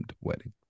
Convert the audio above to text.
wedding